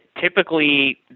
typically